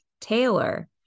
Taylor